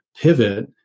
pivot